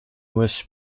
was